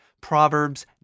Proverbs